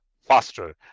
faster